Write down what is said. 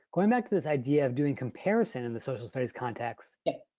going back to this idea of doing comparison in the social studies context. yeah.